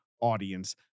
audience